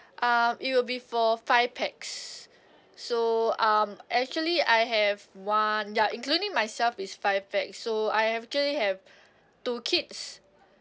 um it will be for five pax so um actually I have one ya including myself is five pax so I actually have two kids